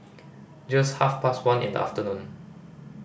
just half past one in the afternoon